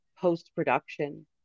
post-production